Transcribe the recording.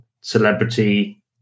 celebrity